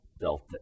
delta